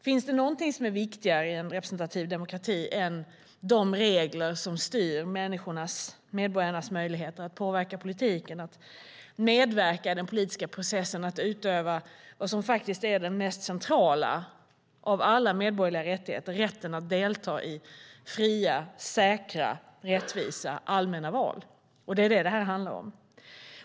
Finns det något som är viktigare i en representativ demokrati än de regler som styr medborgarnas möjligheter att påverka politiken, medverka i den politiska processen och att utöva den mest centrala av alla medborgerliga rättigheter, nämligen rätten att delta i fria, säkra, rättvisa allmänna val? Det är det som detta handlar om.